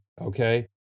okay